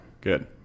Good